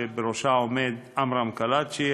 שבראשה עומד עמרם קלעג'י.